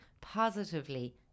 positively